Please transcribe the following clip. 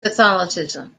catholicism